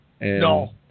No